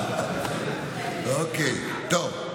טוב.